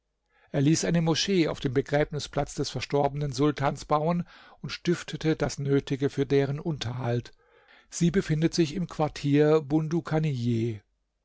er ließ eine moschee auf dem begräbnisplatz des verstorbenen sultans bauen und stiftete das nötige für deren unterhalt sie befindet sich im quartier